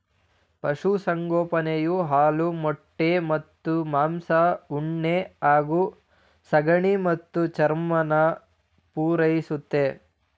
ಪಶುಸಂಗೋಪನೆಯು ಹಾಲು ಮೊಟ್ಟೆ ಮತ್ತು ಮಾಂಸ ಉಣ್ಣೆ ಹಾಗೂ ಸಗಣಿ ಮತ್ತು ಚರ್ಮನ ಪೂರೈಸುತ್ತೆ